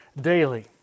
daily